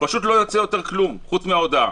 פשוט לא יוצא כלום חוץ מההודעה.